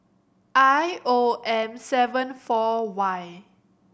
I O M seven four Y